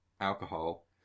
alcohol